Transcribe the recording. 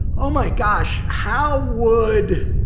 oh my gosh, how would,